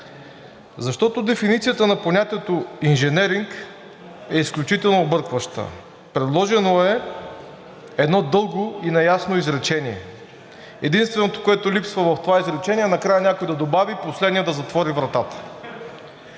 Защото дефиницията на понятието „инженеринг“ е изключително объркваща. Предложено е едно дълго и неясно изречение. Единственото, което липсва в това изречение, е накрая някой да добави: „Последният да затвори вратата!“